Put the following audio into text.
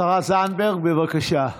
השרה זנדברג, בבקשה.